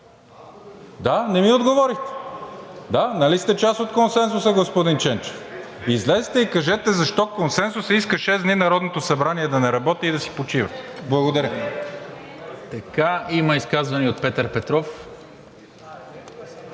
Да, не ми отговорихте. Да, нали сте част от консенсуса, господин Ченчев? Излезте и кажете защо консенсусът иска шест дни Народното събрание да не работи и да си почива. Благодаря.